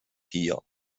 hier